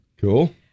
cool